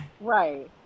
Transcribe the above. Right